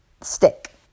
stick